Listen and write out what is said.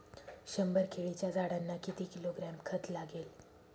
शंभर केळीच्या झाडांना किती किलोग्रॅम खत लागेल?